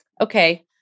okay